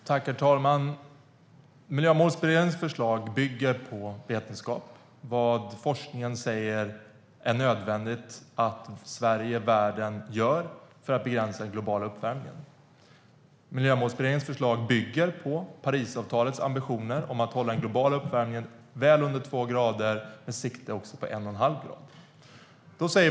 Herr talman! Miljömålsberedningens förslag bygger på vetenskap, på vad forskningen säger att det är nödvändigt att Sverige och världen gör för att begränsa den globala uppvärmningen. Miljömålsberedningens förslag bygger på Parisavtalets ambitioner om att hålla den globala uppvärmningen väl under två grader och med sikte på under en och en halv grad.